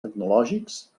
tecnològics